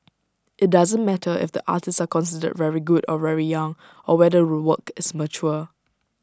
IT doesn't matter if the artists are considered very good or very young or whether the work is mature